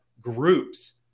groups